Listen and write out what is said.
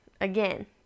again